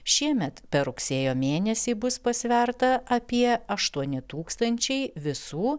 šiemet per rugsėjo mėnesį bus pasverta apie aštuoni tūkstančiai visų